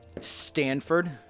Stanford